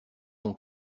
son